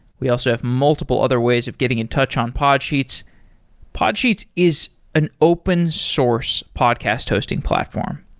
we also have multiple other ways of getting in touch on podsheets podsheets is an open source podcast hosting platform.